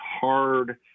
hard